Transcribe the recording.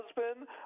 husband